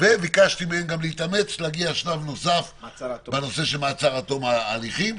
וביקשתי מהם גם להתאמץ ולהגיע לשלב נוסף בנושא של מעצר עד תום ההליכים,